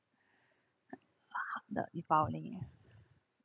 the E-filing